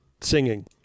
singing